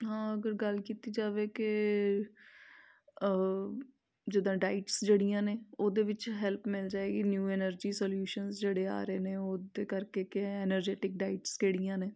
ਹਾਂ ਅਗਰ ਗੱਲ ਕੀਤੀ ਜਾਵੇ ਕਿ ਜਿੱਦਾ ਡਾਈਟਸ ਜਿਹੜੀਆਂ ਨੇ ਉਹਦੇ ਵਿੱਚ ਹੈਲਪ ਮਿਲ ਜਾਵੇਗੀ ਨਿਊ ਐਨਰਜੀ ਸਲਿਊਸ਼ਨ ਜਿਹੜੇ ਆ ਰਹੇ ਨੇ ਉਹਦੇ ਕਰਕੇ ਕਿ ਐਨਰਜੈਟਿਕ ਡਾਈਟਸ ਕਿਹੜੀਆਂ ਨੇ